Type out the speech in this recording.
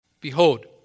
Behold